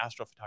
astrophotography